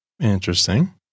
Interesting